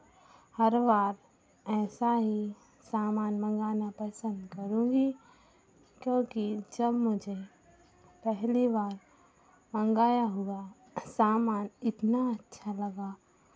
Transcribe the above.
हर बार ऐसा ही सामान मंगाना पसंद करूंगी क्योंकि जब मुझे पहली बार मंगाया हुआ सामान इतना अच्छा लगा